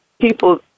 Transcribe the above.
people